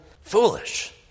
foolish